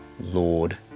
Lord